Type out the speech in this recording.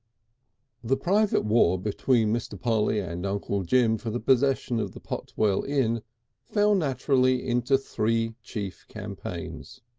the private war between mr. polly and uncle jim for the possession of the potwell inn fell naturally into three chief campaigns.